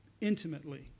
intimately